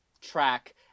track